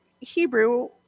hebrew